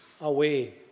away